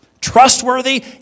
Trustworthy